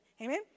Amen